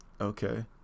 okay